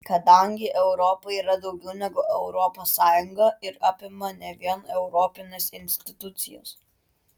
kadangi europa yra daugiau negu europos sąjunga ir apima ne vien europines institucijas